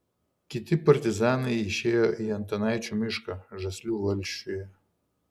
kiti partizanai išėjo į antanaičių mišką žaslių valsčiuje